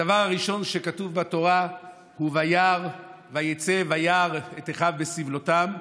הדבר הראשון שכתוב בתורה הוא "ויצא וירא את אחיו בסבלֹתם".